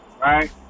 right